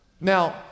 Now